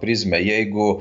prizmę jeigu